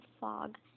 fog